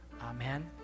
Amen